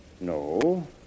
No